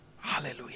Hallelujah